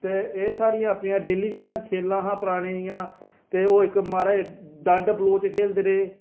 ते एह् साढ़ी डेली दियां खेला हियां परानियां ते ओह् इक महाराज डंड पलोच खेढदे रेह्